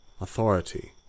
authority